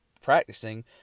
practicing